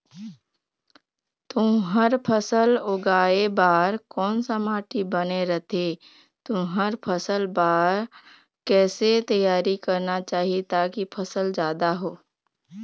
तुंहर फसल उगाए बार कोन सा माटी बने रथे तुंहर फसल बार कैसे तियारी करना चाही ताकि फसल जादा हो?